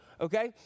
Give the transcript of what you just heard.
okay